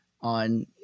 on